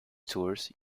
tours